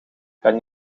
kan